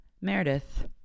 Meredith